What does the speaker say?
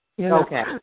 Okay